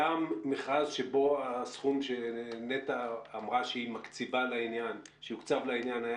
היה מכרז שבו הסכום שנת"ע אמרה שיוקצב לעניין היה